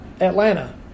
Atlanta